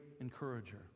encourager